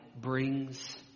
brings